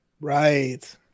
Right